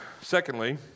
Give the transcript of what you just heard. Secondly